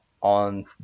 on